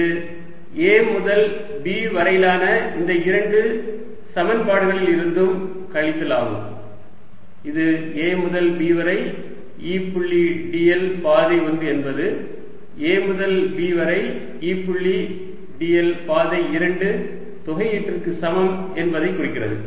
இது A முதல் B வரையிலான இந்த இரண்டு சமன்பாடுகளிலிருந்தும் கழித்தல் ஆகும் இது A முதல் B வரை E புள்ளி dl பாதை 1 என்பது A முதல் B வரை E புள்ளி dl பாதை 2 தொகையீடுக்கு சமம் என்பதைக் குறிக்கிறது